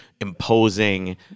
imposing